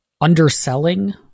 underselling